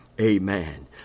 Amen